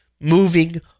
moving